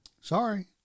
Sorry